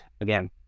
again